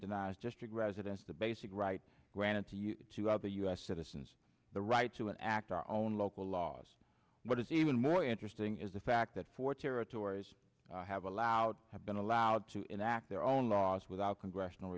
denies district residents the basic rights granted to you to other u s citizens the right to an act our own local laws what is even more interesting is the fact that four territories have allowed have been allowed to enact their own laws without congressional